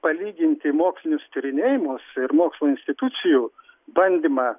palyginti mokslinius tyrinėjimus ir mokslo institucijų bandymą